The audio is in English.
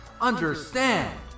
understand